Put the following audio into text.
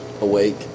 awake